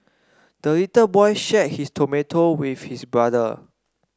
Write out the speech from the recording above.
the little boy shared his tomato with his brother